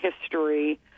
history